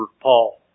Paul